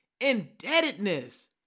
indebtedness